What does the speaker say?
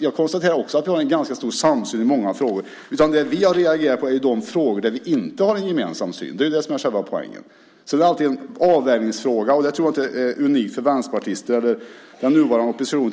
Jag konstaterar också att vi har en ganska stor samsyn i många frågor. Det vi har reagerat på är ju de frågor där vi inte har en gemensam syn. Det är det som är själva poängen. Sedan är det alltid en avvägningsfråga. Och jag tror inte att detta är unikt för vänsterpartister eller den nuvarande oppositionen.